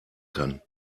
kann